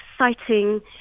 exciting